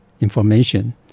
information